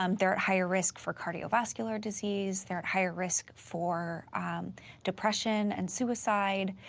um they're at higher risk for cardiovascular disease, they're at higher risk for depression and suicide.